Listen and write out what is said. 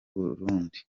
burundi